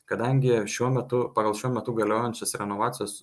kadangi šiuo metu pagal šiuo metu galiojančias renovacijos